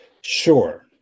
sure